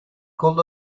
could